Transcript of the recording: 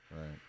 Right